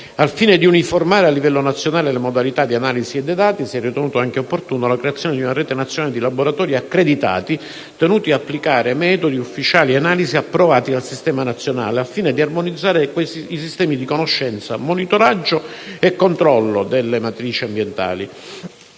Al fine di uniformare a livello nazionale le modalità di analisi dei dati, si è ritenuta opportuna la creazione di una rete nazionale di laboratori accreditati, tenuti ad applicare i metodi ufficiali di analisi approvati dal Sistema nazionale, al fine di armonizzare i sistemi di conoscenza, monitoraggio e controllo delle matrici ambientali.